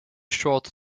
short